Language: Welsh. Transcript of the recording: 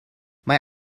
mae